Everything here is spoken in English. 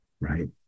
right